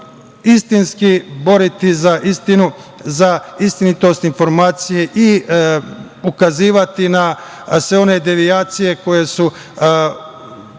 istinski boriti za istinu, za istinitost informacije i ukazivati na sve one devijacije koje su